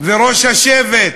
וראש השבט,